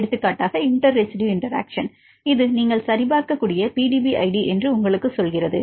எடுத்துக்காட்டாக inter residue interaction இது நீங்கள் சரிபார்க்கக்கூடிய பிடிபி ஐடி என்று உங்களுக்குச் சொல்கிறது